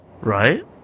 Right